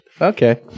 Okay